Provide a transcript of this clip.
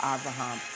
Abraham